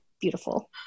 beautiful